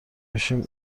بشیم